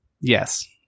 Yes